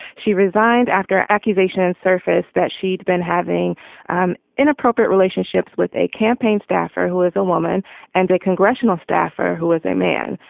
she resigned after accusations surfaced that she'd been having um inappropriate relationships with a campaign staffer who is a woman and a congressional staffer who was a man.